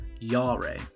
yare